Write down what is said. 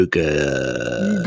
good